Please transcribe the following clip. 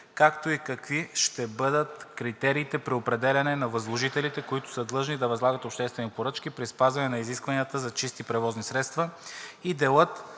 както и какви ще бъдат критериите при определяне на възложителите, които са длъжни да възлагат обществени поръчки при спазване на изискванията за чисти превозни сродства и делът